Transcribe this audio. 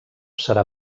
serà